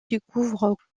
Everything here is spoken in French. découvre